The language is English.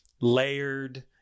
layered